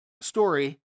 story